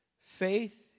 faith